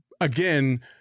again